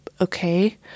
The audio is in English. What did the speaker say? okay